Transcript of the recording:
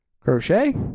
crochet